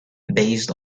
based